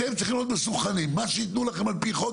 אתם צריכים להיות מסונכרנים מה שיתנו לכם על פי חוק,